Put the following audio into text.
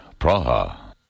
Praha